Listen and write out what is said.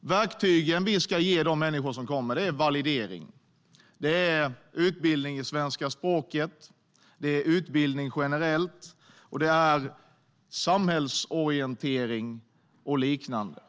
Verktygen vi ska ge de människor som kommer är validering, utbildning i svenska språket, utbildning generellt och samhällsorientering och liknande.